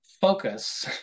focus